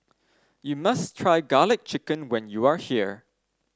you must try garlic chicken when you are here